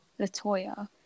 Latoya